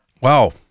Wow